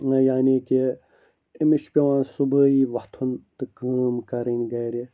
یعنی کہِ أمِس چھِ پیٚوان صُبحٲیی وَتھُن تہٕ کٲم کَرٕنۍ گَرِ